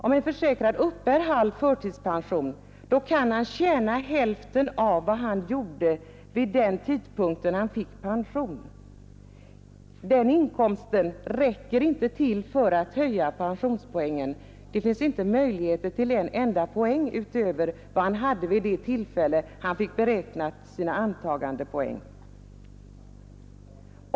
Om en försäkrad uppbär halv förtidspension kan han tjäna hälften av vad han gjorde vid den tidpunkt då han fick pension. Den inkomsten räcker inte till för att höja pensionspoängen, det finns inte möjlighet till en enda poäng utöver vad han hade vid det tillfälle då hans antagandepoäng beräknades.